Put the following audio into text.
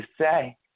say